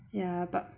ya but